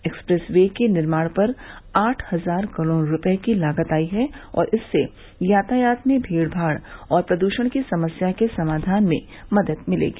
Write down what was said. express way के निर्माण पर आठ हजार करोड़ रुपये लागत आई है और इससे यातायात में भीड़माड़ और प्रदूषण की समस्या के समाधान में भी मदद मिलेगी